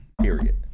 period